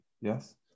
yes